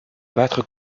battre